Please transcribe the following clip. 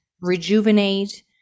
rejuvenate